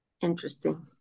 Interesting